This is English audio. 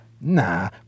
nah